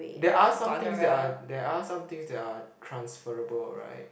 there are somethings that are there are somethings that are transferable right